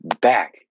back